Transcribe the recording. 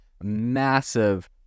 massive